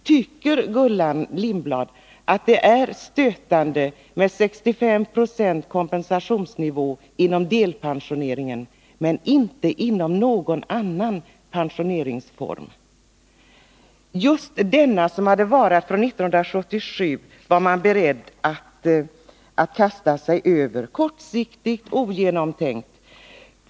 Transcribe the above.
Tycker Gullan Lindblad att det är stötande med 65 96 kompensationsnivå inom delpensioneringen men inte inom någon annan pensioneringsform? Just denna pensionsform, som hade varat från 1977, var man beredd att kasta sig över, kortsiktigt och ogenomtänkt.